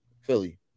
Philly